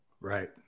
right